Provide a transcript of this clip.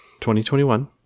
2021